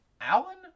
Alan